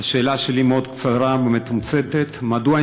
השאלה שלי מאוד קצרה ומתומצתת: מדוע